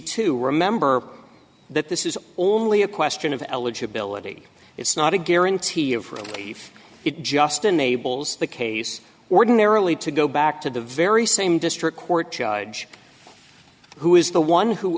to remember that this is only a question of eligibility it's not a guarantee of relief it just enables the case ordinarily to go back to the very same district court judge who is the one who